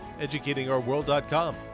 EducatingOurWorld.com